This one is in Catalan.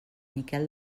miquel